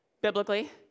biblically